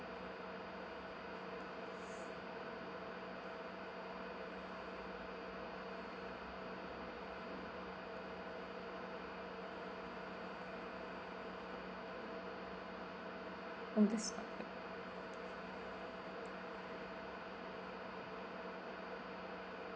oh that sounds good